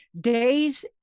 days